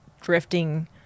drifting